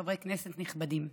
חברי כנסת נכבדים,